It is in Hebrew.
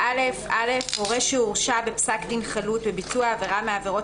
"27(א)(א)הורה שהורשע בפסק דין חלוט בביצוע עבירה מהעבירות